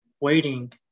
waiting